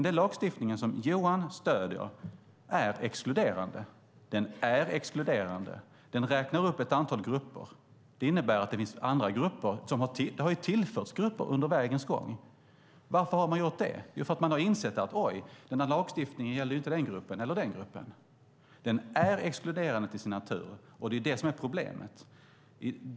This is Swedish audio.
Den lagstiftning som Johan stöder är exkluderande. Den räknar upp ett antal grupper. Det innebär att det finns andra grupper. Det har tillförts grupper efter hand. Varför det? Jo, för att man insett att den här lagstiftningen inte gäller just den eller den gruppen. Den är exkluderande till sin natur, och det är problemet.